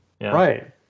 Right